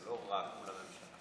זה לא רק מול הממשלה.